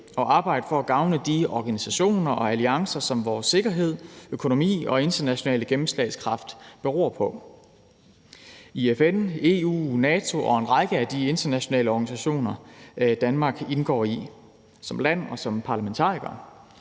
og arbejde for at gavne de organisationer og alliancer, som vores sikkerhed, økonomi og internationale gennemslagskraft beror på, i FN, EU, NATO og i en række af de internationale organisationer, Danmark indgår i, som land og med sine parlamentarikere.